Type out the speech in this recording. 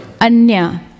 Anya